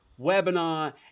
webinar